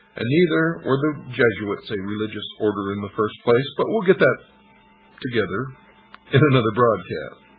and neither were the jesuits a religious order in the first place, but we'll get that together in another broadcast.